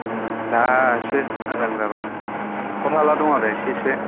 दा एसे आराम जाबाय हाखर हाला दं आरो एसे एसे